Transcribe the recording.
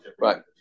Right